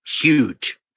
huge